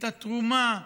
את התרומה,